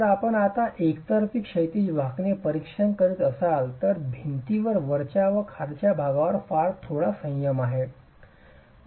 जर आपण आता एकतर्फी क्षैतिज वाकणे परीक्षण करीत असाल तर भिंतीवर वरच्या व खालच्या भागावर फारच थोडा संयम आहे